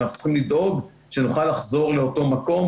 ואנחנו צריכים לדאוג שנוכל לחזור לאותו מקום,